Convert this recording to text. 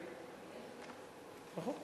נכון,